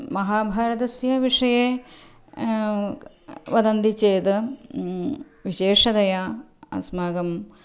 महाभारतस्य विषये वदन्ति चेद् विशेषतया अस्माकं